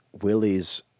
Willie's